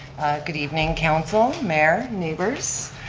good evening council, mayor, neighbors.